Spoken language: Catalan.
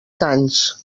tants